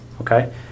Okay